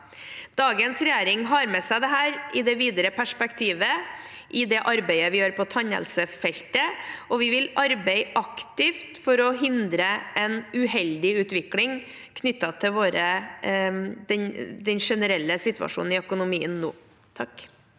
Dagens regjering har med seg dette perspektivet i arbeidet som gjøres på tannhelsefeltet, og vi vil arbeide aktivt for å hindre en uheldig utvikling knyttet til den generelle situasjonen i økonomien nå. Mímir